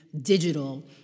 digital